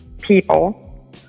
people